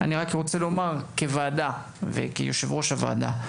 ב׳: כיו״ר הוועדה,